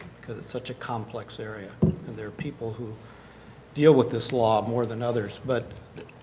such a complex area and there are people who deal with this law more than others. but